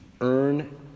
earn